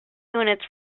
units